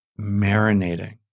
marinating